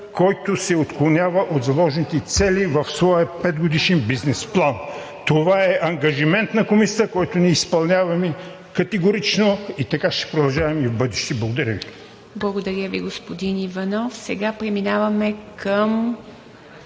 който се отклонява от заложените цели в своя 5 годишен бизнес план. Това е ангажимент на Комисията, който ние изпълняваме категорично, така ще продължаваме и в бъдеще. Благодаря Ви. ПРЕДСЕДАТЕЛ ИВА МИТЕВА: Благодаря Ви, господин Иванов. Сега преминаваме към